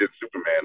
Superman